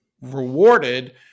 rewarded